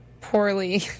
poorly